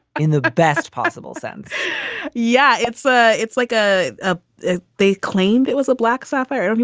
in the best possible sense yeah, it's ah it's like ah ah a. they claimed it was a black sapphire.